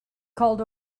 called